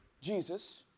Jesus